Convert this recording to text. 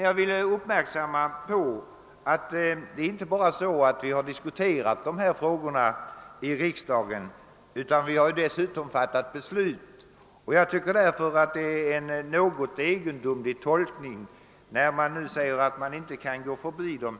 Jag vill erinra om att vi inte bara har diskuterat dessa ting i riksdagen, utan vi har dessutom fattat beslut. Därför är det något egendomligt att man nu säger sig inte kunna gå förbi dem.